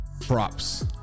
props